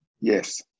yes